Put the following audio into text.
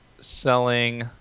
selling